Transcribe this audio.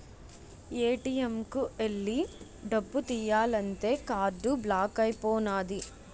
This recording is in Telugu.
ఏ.టి.ఎం కు ఎల్లి డబ్బు తియ్యాలంతే కార్డు బ్లాక్ అయిపోనాది